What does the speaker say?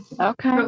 Okay